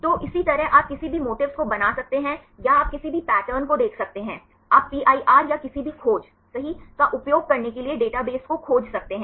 तो इसी तरह आप किसी भी मोटिफ्स को बना सकते हैं या आप किसी भी पैटर्न को देख सकते हैं आप PIR या किसी भी खोज सही का उपयोग करने के लिए डेटाबेस को खोज सकते हैं